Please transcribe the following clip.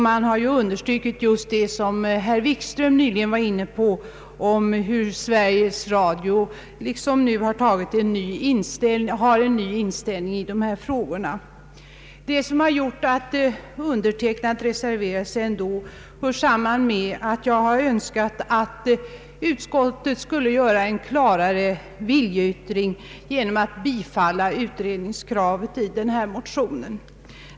Man har understrukit det som just herr Wikström var inne på, hur Sveriges Radio har en ny inställning i dessa frågor. Det som gjorde att jag reserverade mig hör samman med att jag önskat att utskottet skulle göra en klarare viljeyttring genom att bifalla utredningskravet i denna motion.